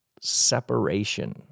separation